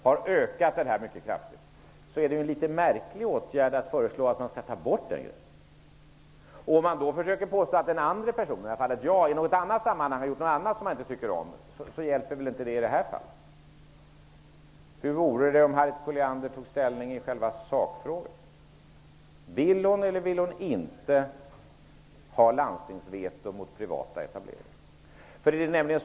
Därför är det en litet märklig åtgärd att föreslå att man skall ta bort konkurrensneutraliteten. Att då försöka påstå att någon annan person -- i detta fall jag -- i något annat sammanhang har gjort något annat som man inte tycker om, hjälper väl inte i det här fallet. Hur vore det om Harriet Colliander tog ställning i själva sakfrågan? Vill hon eller vill hon inte ha landstingsveto mot privata etableringar? Herr talman!